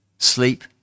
Sleep